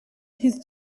his